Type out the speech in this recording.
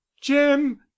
jim